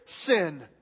sin